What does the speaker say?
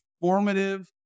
formative